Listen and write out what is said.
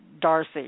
Darcy